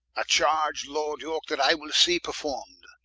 a charge, lord yorke, that i will see perform'd.